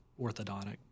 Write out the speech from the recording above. orthodontic